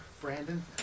Brandon